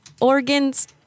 Organs